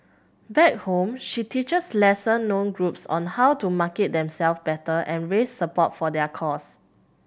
back home she teaches lesser known groups on how to market themself better and raise support for their cause